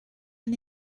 and